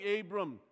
Abram